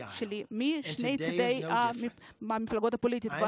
שלי משני צידי המפה הפוליטית,